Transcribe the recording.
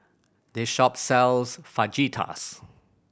this shop sells Fajitas